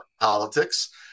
politics